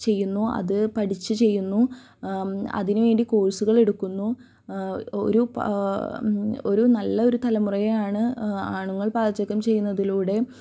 ചെയ്യുന്നു അത് പഠിച്ച് ചെയ്യുന്നു അതിന് വേണ്ടി കോഴ്സുകൾ എടുക്കുന്നു ഒരു ഒരു നല്ലൊരു തലമുറയെയാണ് ആണുങ്ങൾ പാചകം ചെയ്യുന്നതിലൂടെ